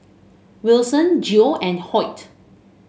Wilson Geo and Hoyt